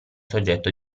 soggetto